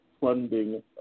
funding